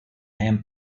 him